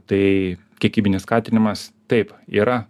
tai kiekybinis skatinimas taip yra